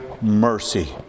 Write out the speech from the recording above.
mercy